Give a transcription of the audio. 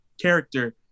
character